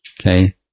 Okay